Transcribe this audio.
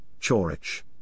Chorich